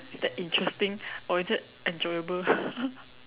is that interesting or is it enjoyable